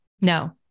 No